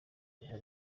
buhoro